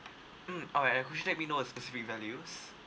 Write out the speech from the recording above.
mm okay could you let me know a specific values